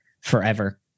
forever